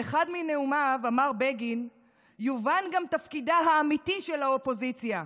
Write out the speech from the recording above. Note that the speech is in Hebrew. באחד מנאומיו אמר בגין: יובן גם תפקידה האמיתי של האופוזיציה,